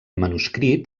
manuscrit